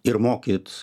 ir mokyt